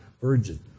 virgin